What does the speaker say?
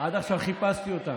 ועד עכשיו אני מחפש אותם.